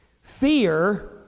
Fear